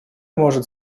может